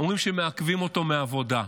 אומרים שמעכבים אותו מעבודה,